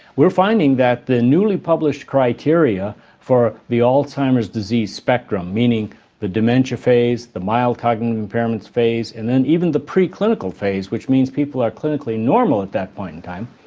we're finding that the newly published criteria for the alzheimer's disease spectrum, meaning the dementia phase, the mild cognitive impairments phase and then even the pre-clinical phase which means people are clinically normal at that point in time,